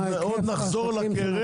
עוד נחזור אל הקרן.